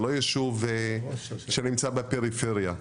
זה לא יישוב שנמצא בפריפריה,